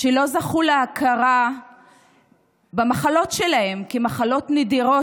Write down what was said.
לא זכו להכרה במחלות שלהם כמחלות נדירות,